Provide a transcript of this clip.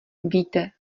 víte